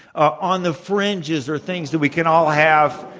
ah on the fringes are things that we can all have